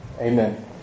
Amen